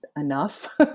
enough